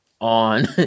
On